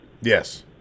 Yes